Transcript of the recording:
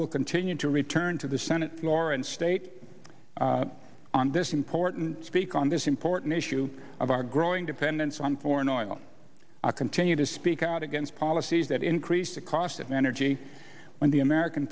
will continue to return to the senate floor and state on this important speak on this important issue of our growing dependence on foreign oil i continue to speak out against policies that increase the cost of energy on the american